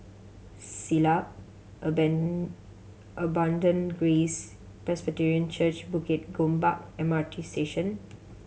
Siglap Abundant Grace Presbyterian Church Bukit Gombak M R T Station